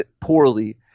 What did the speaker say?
poorly